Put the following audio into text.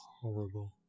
Horrible